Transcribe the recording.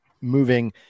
moving